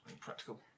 Practical